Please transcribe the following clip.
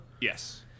Yes